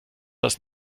das